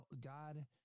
God